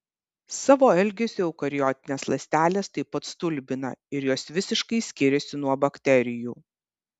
savo elgesiu eukariotinės ląstelės taip pat stulbina ir jos visiškai skiriasi nuo bakterijų